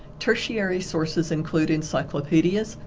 tertiary sources include encyclopedias,